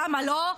למה לא?